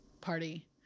party